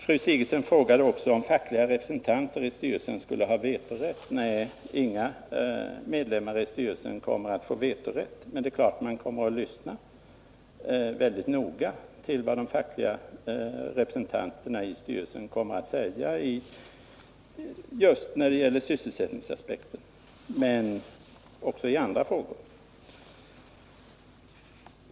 Fru Sigurdsen frågade också om fackliga representanter i styrelsen skulle ha vetorätt. Nej, inga medlemmar i styrelsen kommer att få vetorätt, men det är klart att man kommer att lyssna mycket noga till vad de fackliga representanterna i styrelsen kommer att säga just när det gäller sysselsättningsaspekten — och naturligtvis också i andra frågor.